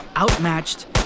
outmatched